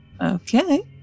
Okay